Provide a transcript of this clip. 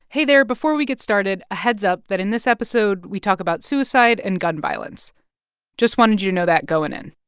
hey there. before we get started, a heads up that in this episode, we talk about suicide and gun violence just wanted you to know that going in